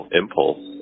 impulse